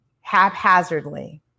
haphazardly